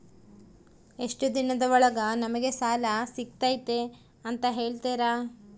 ಎಷ್ಟು ದಿನದ ಒಳಗೆ ನಮಗೆ ಸಾಲ ಸಿಗ್ತೈತೆ ಅಂತ ಹೇಳ್ತೇರಾ?